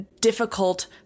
difficult